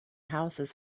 houses